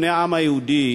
בני העם היהודי,